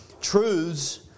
Truths